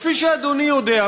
כפי שאדוני יודע,